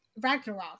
Ragnarok